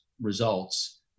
results